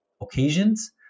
occasions